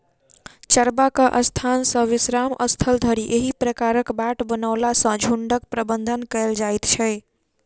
चरबाक स्थान सॅ विश्राम स्थल धरि एहि प्रकारक बाट बनओला सॅ झुंडक प्रबंधन कयल जाइत छै